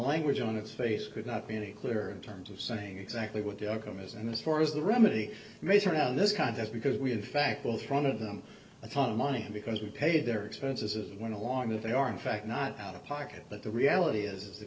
language on its face could not be any clearer in terms of saying exactly what the outcome is and as far as the remedy may surround this contest because we have fact both front of them a ton of money because we paid their expenses went along if they are in fact not out of pocket but the reality is the